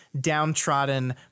downtrodden